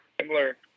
similar